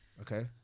okay